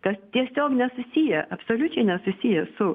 kas tiesiog nesusiję absoliučiai nesusiję su